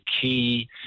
key